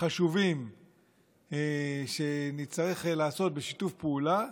חשובים שנצטרך לעשות בשיתוף פעולה,